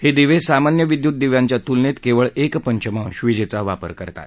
हे दिवे सामान्य विद्युत दिव्यांच्या तुलनेत केवळ एक पंचमांश विजेचा वापर करतात